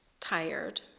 tired